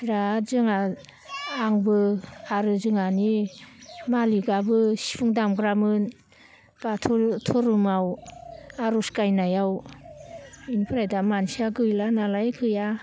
बिराद जोंहा आंबो आरो जोंहानि मालिकआबो सिफुं दामग्रामोन बाथौ धोरोमाव आर'ज खननायाव बेनिफ्राय दा मानसिया गैला नालाय गैया